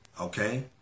okay